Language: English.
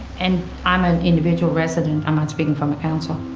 and i'm an individual resident i'm not speaking for the council.